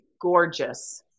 gorgeous